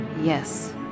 Yes